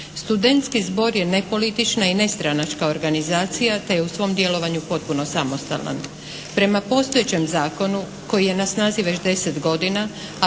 Studentski zbor je nepolitična i nestranačka organizacija te je u svom djelovanju potpuno samostalan. Prema postojećem zakonu koji je snazi već deset godina